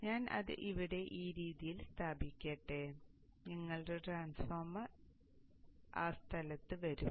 അതിനാൽ ഞാൻ അത് ഇവിടെ ഈ രീതിയിൽ സ്ഥാപിക്കട്ടെ നിങ്ങൾക്ക് ട്രാൻസ്ഫോർമർ ആ സ്ഥലത്ത് വരും